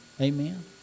Amen